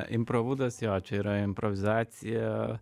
improvizuotas jo čia yra improvizacija